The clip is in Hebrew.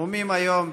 את הנאומים היום,